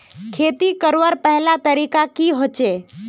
खेती करवार पहला तरीका की होचए?